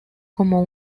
como